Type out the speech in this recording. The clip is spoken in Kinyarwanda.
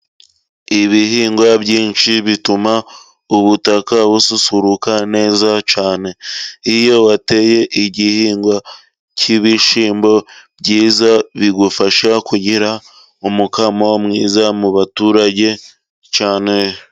Ibihingwa byinshi bituma ubutaka bususuruka neza cyane. Iyo wateye igihingwa cy'ibishyimbo byiza, bigufasha kugira umukamo mwiza mu baturage cyane.